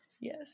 Yes